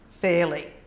fairly